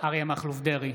אריה מכלוף דרעי,